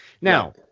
Now